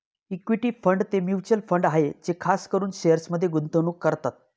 equity fund ते mutual fund आहे जे खास करून शेअर्समध्ये गुंतवणूक करतात